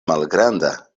malgranda